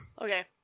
Okay